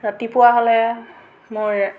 ৰাতিপুৱা হ'লে মই